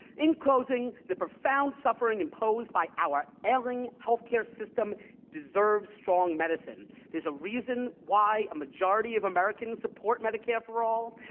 in closing, the profound suffering imposed by our ailing healthcare system deserves strong medicine. there's a reason why a majority of americans support medicare for all.